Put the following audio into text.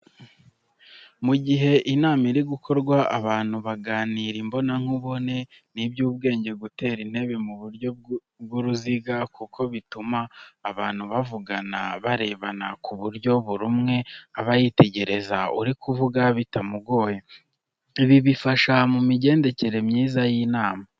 Mu gihe inama iri gukorwa abantu baganira imbona nkubone, ni iby'ubwenge gutera intebe mu buryo bw'uruziga kuko bituma abantu bavugana barebana ku buryo buri umwe aba yitegereza uri kuvuga bitamugoye. Ibi bifasha mu migendekere myiza y'inama.